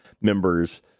members